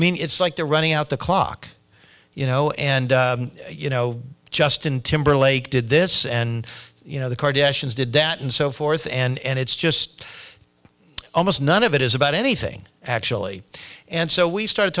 mean it's like they're running out the clock you know and you know justin timberlake did this and you know the car deschamps did that and so forth and it's just almost none of it is about anything actually and so we started